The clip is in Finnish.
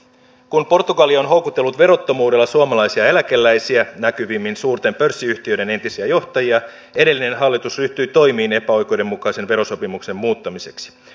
kun portugali on houkutellut verottomuudella suomalaisia eläkeläisiä näkyvimmin suurten pörssiyhtiöiden entisiä johtajia edellinen hallitus ryhtyi toimiin epäoikeudenmukaisen verosopimuksen muuttamiseksi